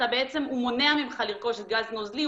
הוא מונע ממך לרכוש גז נוזלי,